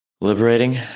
Liberating